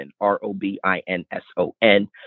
R-O-B-I-N-S-O-N